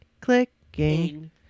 clicking